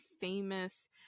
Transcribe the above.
famous